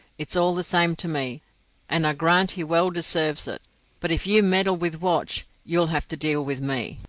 it's all the same to me and i grant he well deserves it but if you meddle with watch you'll have to deal with me.